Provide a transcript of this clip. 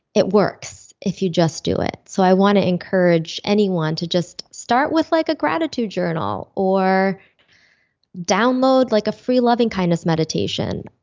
it works if you just do it. so i want to encourage anyone to just start with like a gratitude journal, or download like a free loving-kindness meditation,